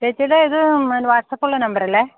ചേച്ചയുടെ ഇത് പിന്നെ വാട്ട്സ്സാപ്പുള്ള നമ്പറല്ലേ